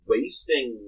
Wasting